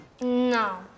No